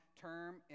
term